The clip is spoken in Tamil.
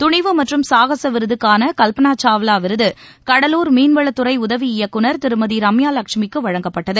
துணிவு மற்றும் சாகச விருதுக்னன கல்பனா சாவ்லா விருது கடலூர் மீன்வளத்துறை உதவி இயக்குனர் திருமதி ரம்யா லட்சுமிக்கு வழங்கப்பட்டது